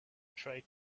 tried